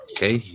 Okay